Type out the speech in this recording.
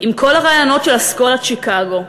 עם כל הרעיונות של אסכולת שיקגו.